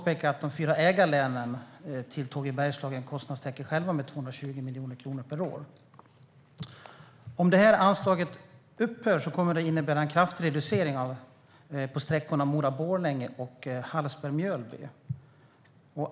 De fyra ägarlänen till Tåg i Bergslagen kostnadstäcker själva med 220 miljoner kronor per år. Om anslaget upphör kommer det att innebära en kraftig reducering av trafiken på sträckorna Mora-Borlänge och Hallsberg-Mjölby.